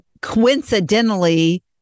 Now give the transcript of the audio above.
coincidentally